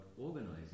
organizing